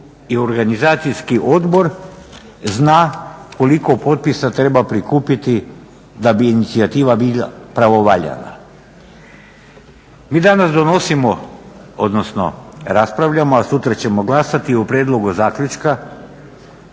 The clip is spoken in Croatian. i organizacijski odbor zna koliko potpisa treba prikupiti da bi inicijativa bila pravovaljana. Mi danas donosimo odnosno raspravljamo a sutra ćemo glasati o prijedlogu zaključka